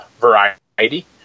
variety